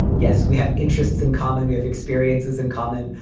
yes, we have interests in common, we have experiences in common,